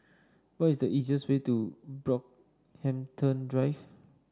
what is the easiest way to Brockhampton Drive